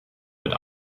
wird